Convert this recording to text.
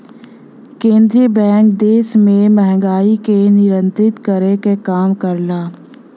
केंद्रीय बैंक देश में महंगाई के नियंत्रित करे क काम करला